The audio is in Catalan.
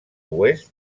oest